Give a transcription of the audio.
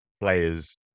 players